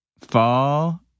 fall